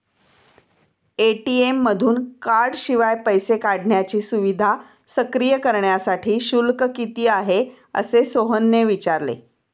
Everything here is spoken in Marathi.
ए.टी.एम मधून कार्डशिवाय पैसे काढण्याची सुविधा सक्रिय करण्यासाठी शुल्क किती आहे, असे सोहनने विचारले